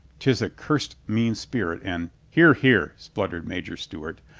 tis a curst mean spirit and here, here, spluttered major stewart,